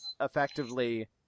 effectively